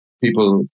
people